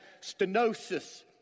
stenosis